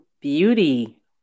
beauty